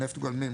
נפט גולמי,